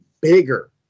bigger